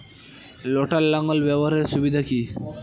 লটার লাঙ্গল ব্যবহারের সুবিধা কি?